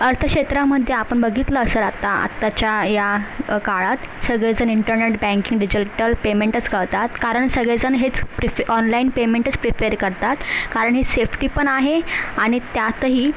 अर्थक्षेत्रामध्ये आपण बघितलं असेल आता आताच्या ह्या काळात सगळेजण इंटरनेट बँकिंग डिजिटल पेमेंटच करतात कारण सगळेजण हेच प्रीफ ऑनलाइन पेमेंटच प्रिपेर करतात कारण हे सेफ्टी पण आहे आणि त्यातही